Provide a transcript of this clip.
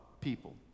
people